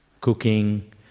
Cooking